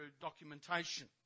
documentation